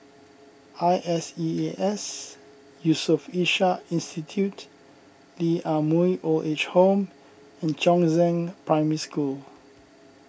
I S E A S Yusof Ishak Institute Lee Ah Mooi Old Age Home and Chongzheng Primary School